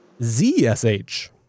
ZSH